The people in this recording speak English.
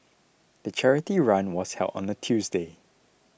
the charity run was held on a Tuesday